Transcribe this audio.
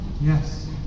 Yes